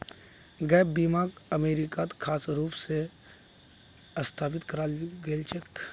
gap बीमाक अमरीकात खास रूप स स्थापित कराल गेल छेक